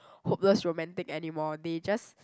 hopeless romantic anymore they just